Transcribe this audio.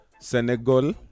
Senegal